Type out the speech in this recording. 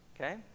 Okay